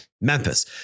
Memphis